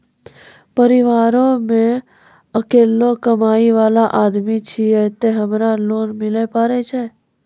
परिवारों मे अकेलो कमाई वाला आदमी छियै ते हमरा लोन मिले पारे छियै?